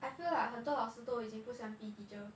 I feel lah 很多老师都已经不喜欢 P_E teacher